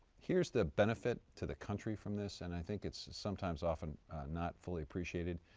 here's the benefit to the country from this and i think it's sometimes often not fully appreciated.